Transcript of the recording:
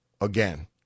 again